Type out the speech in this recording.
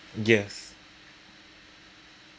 yes